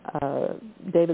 David